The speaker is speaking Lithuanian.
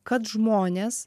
kad žmonės